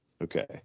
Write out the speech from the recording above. Okay